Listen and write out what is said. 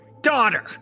daughter